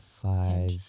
five